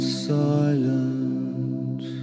silent